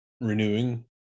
renewing